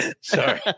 sorry